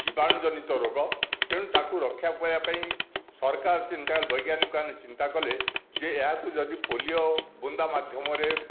ଜୀବାଣୁ ଜନିତ ରୋଗ ତେଣୁ ରକ୍ଷା ରଖିବା ପାଇଁ ସରକାର ଚିନ୍ତା ବୈଜ୍ଞାନିକମାନେ ଚିନ୍ତା କଲେ ଯେ ଏହାକୁ ଯଦି ପୋଲିଓ ବୁନ୍ଦା ମାଧ୍ୟମରେ